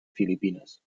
filipines